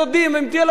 אם תהיה לו ירושה,